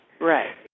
right